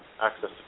access